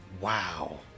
Wow